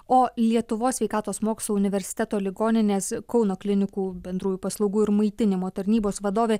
o lietuvos sveikatos mokslų universiteto ligoninės kauno klinikų bendrųjų paslaugų ir maitinimo tarnybos vadovė